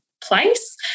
place